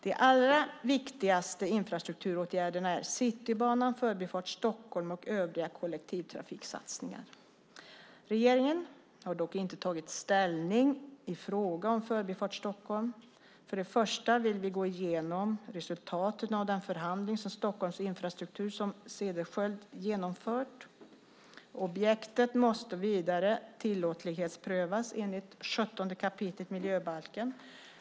De allra viktigaste infrastrukturåtgärderna är Citybanan, Förbifart Stockholm och övriga kollektivtrafiksatsningar. Regeringen har dock inte tagit ställning i fråga om Förbifart Stockholm. Först och främst vill vi gå igenom resultatet av den förhandling om Stockholms infrastruktur som Cederschiöld genomfört. Objektet måste vidare tillåtlighetsprövas enligt 17 kap. miljöbalken.